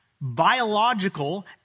biological